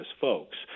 folks